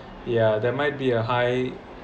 yeah there might be a high